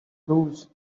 bruise